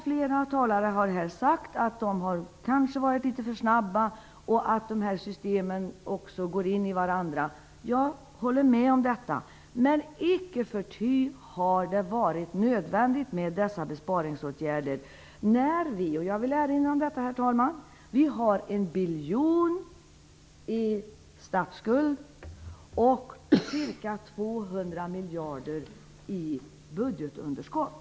Flera talare har sagt här att de kanske har varit litet för snabba och att systemen också går in i varandra. Jag håller med om detta. Men icke förty har det varit nödvändigt med dessa besparingsåtgärder. Vi har en biljon i statsskuld och ca 200 miljarder i budgetunderskott.